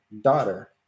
daughter